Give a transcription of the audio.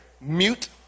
Mute